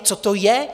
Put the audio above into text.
Co to je?